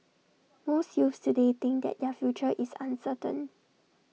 most youths today think that their future is uncertain